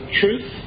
truth